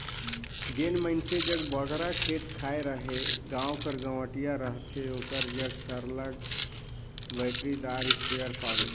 जेन मइनसे जग बगरा खेत खाएर अहे गाँव कर गंवटिया रहथे ओकर जग सरलग बइटरीदार इस्पेयर पाबे